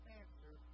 answer